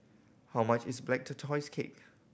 how much is Black Tortoise Cake